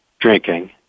drinking